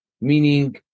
meaning